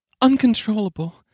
Uncontrollable